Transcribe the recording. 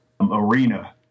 arena